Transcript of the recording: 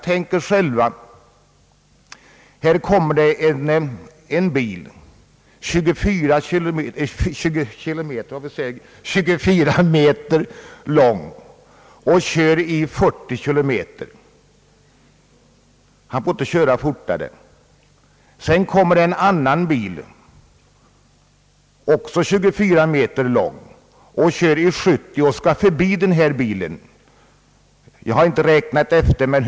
Tänk er en bil, 24 meter lång, som kör i 40 kilometers fart. Den får inte köra fortare. Tänk er sedan en annan bil, också 24 meter lång, som kör i 70 kilometers fart, ty det är tillåtet för den, och som skall köra förbi det första fordonet.